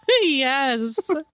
yes